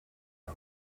los